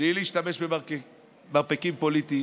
בלי להשתמש במרפקים פוליטיים,